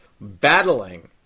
battling